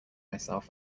myself